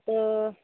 ꯑꯗꯨ